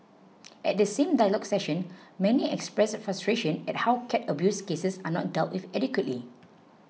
at the same dialogue session many expressed frustration at how cat abuse cases are not dealt with adequately